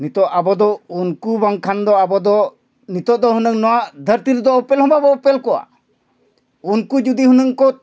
ᱱᱤᱛᱳᱜ ᱟᱵᱚ ᱫᱚ ᱩᱱᱠᱩ ᱵᱟᱝᱠᱷᱟᱱ ᱫᱚ ᱟᱵᱚ ᱫᱚ ᱱᱤᱛᱳᱜ ᱫᱚ ᱦᱩᱱᱟᱹᱝ ᱱᱚᱣᱟ ᱫᱷᱟᱹᱨᱛᱤ ᱨᱮᱫᱚ ᱩᱯᱮᱞ ᱦᱚᱸ ᱵᱟᱵᱚᱱ ᱩᱯᱮᱞ ᱠᱚᱜᱼᱟ ᱩᱱᱠᱩ ᱡᱩᱫᱤ ᱦᱩᱱᱟᱹᱝ ᱠᱚ